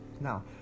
now